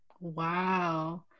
Wow